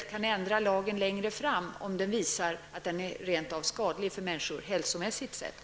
Det kanske blir en lagändring senare, om det skulle visa sig att den här lagen hälsomässigt rent av är farlig för en människa.